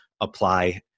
apply